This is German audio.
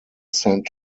saint